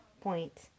point